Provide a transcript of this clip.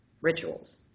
rituals